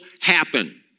happen